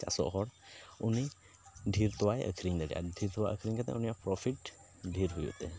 ᱪᱟᱥᱚᱜ ᱦᱚᱲ ᱩᱱᱤ ᱰᱷᱮᱹᱨ ᱛᱳᱣᱟᱭ ᱟᱹᱠᱷᱨᱤᱧ ᱫᱟᱲᱮᱭᱟᱜᱼᱟ ᱰᱷᱮᱹᱨ ᱛᱳᱣᱟ ᱟᱹᱠᱷᱨᱤᱧ ᱠᱟᱛᱮᱫ ᱩᱱᱤᱭᱟᱜ ᱯᱨᱚᱯᱷᱤᱴ ᱰᱷᱮᱹᱨ ᱦᱩᱭᱩᱜ ᱛᱟᱭᱟ